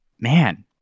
man